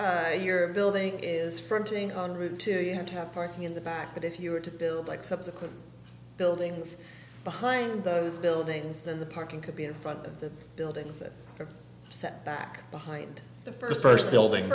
your building is fronting on route to you have to have parking in the back but if you were to build like subsequent buildings behind those buildings then the parking could be in front of the buildings that are set back behind the first first building